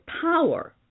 power